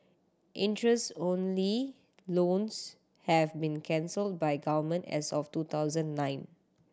interest only loans have been cancelled by Government as of two thousand nine